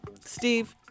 Steve